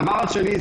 ודבר שני,